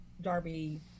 Darby